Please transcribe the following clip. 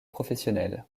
professionnelle